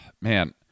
man